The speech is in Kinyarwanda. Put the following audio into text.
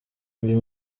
uyu